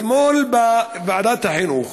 אתמול בוועדת החינוך